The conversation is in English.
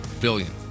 billion